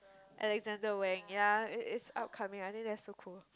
Alexander-Wang ya it it's upcoming I think that is so cool